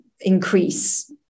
increase